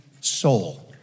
soul